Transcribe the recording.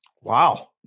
Wow